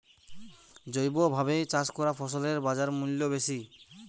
জৈবভাবে চাষ করা ফসলের বাজারমূল্য বেশি